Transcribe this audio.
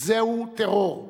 זהו טרור.